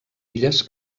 illes